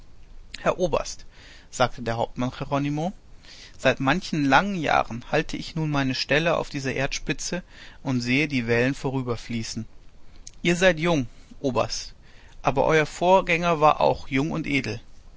herr oberst sagte der hauptmann jeronimo seit manchen langen jahren halte ich nun meine stelle auf dieser erdspitze und sehe die wellen vorüberfließen ihr seid jung oberst aber euer vorgänger war auch jung und edel